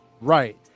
Right